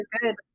good